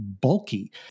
bulky